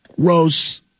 gross